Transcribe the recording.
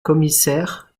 commissaire